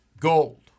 gold